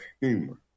humor